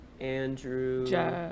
Andrew